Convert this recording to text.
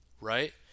right